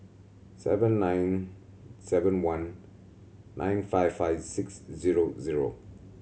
seven nine seven one nine five five six zero zero